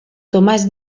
tomàs